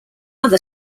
other